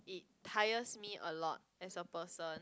it tires me a lot as a person